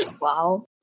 Wow